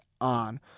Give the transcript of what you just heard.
on